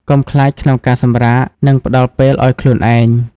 កុំខ្លាចក្នុងការសម្រាក និងផ្តល់ពេលឱ្យខ្លួនឯង។